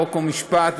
חוק ומשפט,